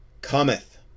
cometh